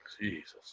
Jesus